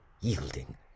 yielding